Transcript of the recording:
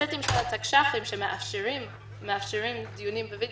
הסטים של התקש"חים שמאפשרים דיונים ב-